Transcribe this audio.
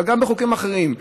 אבל גם בחוקים אחרים: